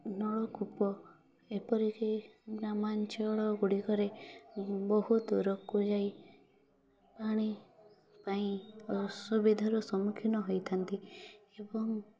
ନଳକୂପ ଏପରିକି ଗ୍ରାମାଞ୍ଚଳ ଗୁଡ଼ିକରେ ବହୁ ଦୂରକୁ ଯାଇ ପାଣି ପାଇଁ ଅସୁବିଧାର ସମ୍ମୁଖୀନ ହୋଇଥାନ୍ତି ଏବଂ